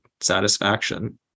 satisfaction